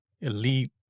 elite